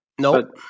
Nope